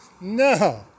no